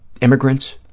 immigrants